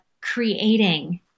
creating